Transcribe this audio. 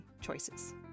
choices